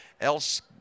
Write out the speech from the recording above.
else